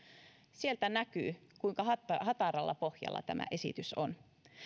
sieltä näkyy kuinka hataralla pohjalla tämä esitys on